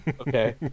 Okay